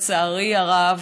לצערי הרב,